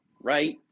right